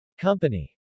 Company